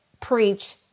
preach